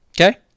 Okay